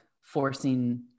forcing